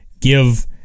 give